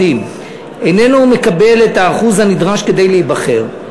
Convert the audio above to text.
איננו מקבל את האחוז הנדרש כדי להיבחר,